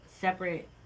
separate